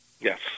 Yes